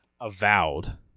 Avowed